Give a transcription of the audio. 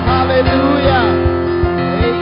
Hallelujah